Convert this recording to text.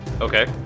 okay